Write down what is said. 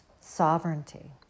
sovereignty